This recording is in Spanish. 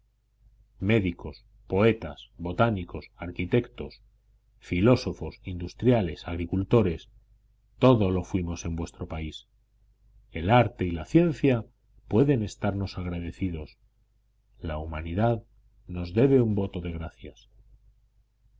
médicos poetas botánicos arquitectos filósofos industriales agricultores todo lo fuimos en vuestro país el arte y la ciencia pueden estarnos agradecidos la humanidad nos debe un voto de gracias